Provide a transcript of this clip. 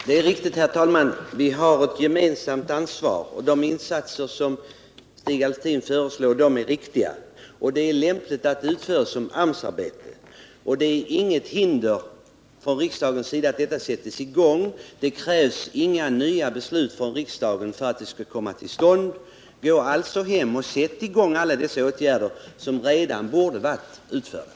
Herr talman! Det är riktigt att vi har ett gemensamt ansvar. De insatser som Stig Alftin föreslår är också riktiga. Det är lämpligt att de utförs som AMS arbete. Men det föreligger inga hinder från riksdagens sida att sådana arbeten igångsättes — det krävs inga nya riksdagsbeslut. Åk alltså hem och vidta de åtgärder som redan borde ha vidtagits!